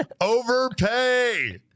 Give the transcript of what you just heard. Overpay